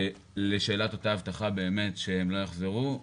לשאלת אותה הבטחה באמת שהם לא יחזרו: